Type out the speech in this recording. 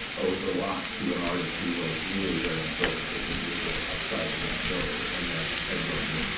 owes a lot to an artist who was really, very important for die brucke, ah outside of van gogh. and that's edvard munch,